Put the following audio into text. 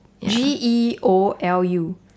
G-E-O-L-U